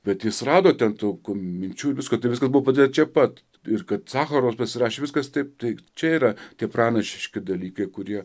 bet jis rado ten tų minčių ir visko tai viskas buvo padaryta čia pat ir kad sacharovas pasirašė viskas taip tai čia yra tie pranašiški dalykai kurie